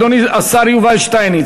השר יובל שטייניץ,